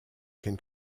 can